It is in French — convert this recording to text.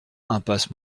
impasse